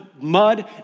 mud